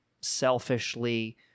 selfishly